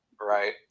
right